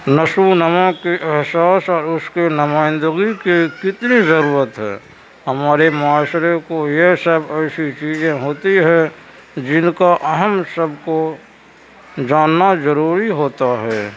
نشو و نما کی احساس اور اس کے نمائندگی کے کتنی ضرورت ہے ہمارے معاشرے کو یہ سب ایسی چیزیں ہوتی ہیں جن کا ہم سب کو جاننا ضروری ہوتا ہے